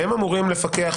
שהם אמורים לפקח,